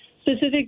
specific